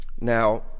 Now